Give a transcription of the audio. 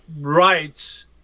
rights